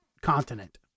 continent